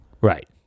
Right